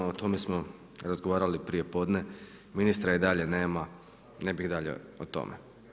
Imamo, o tome smo razgovarali prije podne, ministra i dalje nema, ne bih dalje o tome.